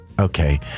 okay